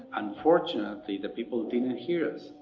unfortunately, the people didn't hear us.